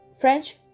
French